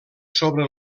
sobre